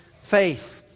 faith